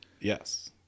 Yes